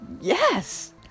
yes